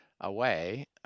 away